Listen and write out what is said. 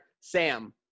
Sam